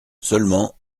seulement